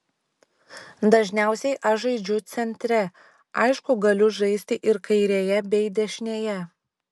dažniausiai aš žaidžiu centre aišku galiu žaisti ir kairėje bei dešinėje